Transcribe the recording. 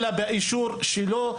אלא באישור שלו,